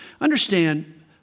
Understand